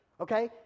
Okay